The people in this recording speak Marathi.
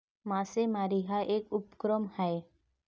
मासेमारी हा एक उपक्रम आहे